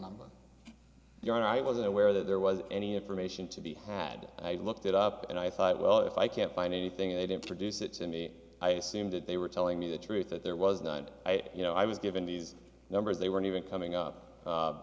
number on your own i wasn't aware that there was any information to be had i looked it up and i thought well if i can't find anything they didn't produce it to me i assume that they were telling me the truth that there was none i you know i was given these numbers they weren't even coming up